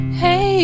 hey